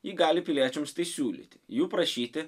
ji gali piliečiams siūlyti jų prašyti